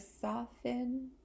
soften